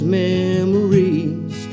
memories